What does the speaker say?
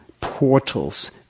portals